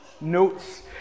notes